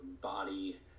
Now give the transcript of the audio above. body